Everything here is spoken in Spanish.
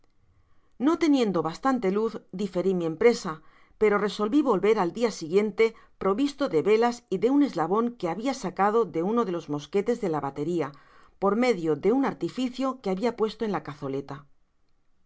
no teniendo bastante luz diferi mi empresa pero resolvi volver el dia siguiente provisto de velas y de un eslabon que habia sacado de uno de los mosquetes de la bateria por medio de un artificio que babia puesto en la cazoleta en